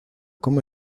como